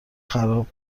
خراب